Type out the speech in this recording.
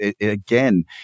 Again